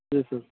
جی سر